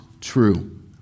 true